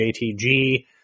JTG